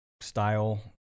style